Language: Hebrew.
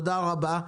תודה רבה.